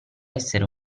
essere